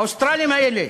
האוסטרלים האלה.